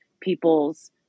people's